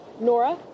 Nora